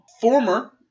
Former